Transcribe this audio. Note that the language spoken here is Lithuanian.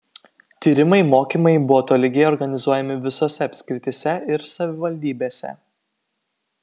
tyrimai mokymai buvo tolygiai organizuojami visose apskrityse ir savivaldybėse